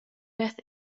beth